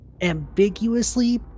ambiguously